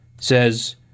says